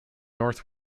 north